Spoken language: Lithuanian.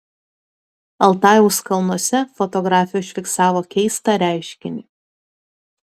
altajaus kalnuose fotografė užfiksavo keistą reiškinį